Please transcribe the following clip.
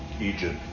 Egypt